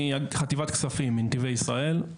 מחטיבת כספים של נתיבי ישראל,